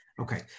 Okay